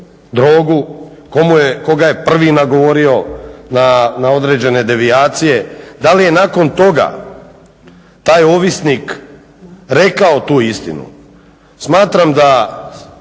drogu, tko ga je prvi nagovorio na određene devijacije? Da li je nakon toga taj ovisnik rekao tu istinu? Smatram da